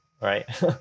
right